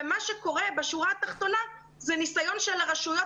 ומה שקורה בשורה התחתונה זה הניסיון של הרשויות